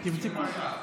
תבדקו.